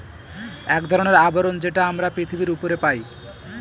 এক ধরনের আবরণ যেটা আমরা পৃথিবীর উপরে পাই